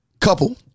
couple